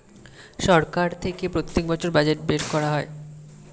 সরকার থেকে প্রত্যেক বছর বাজেট বের করা হয়